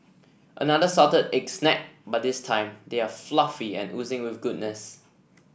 another salted egg snack but this time they are fluffy and oozing with goodness